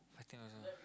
I think also